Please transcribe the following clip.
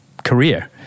career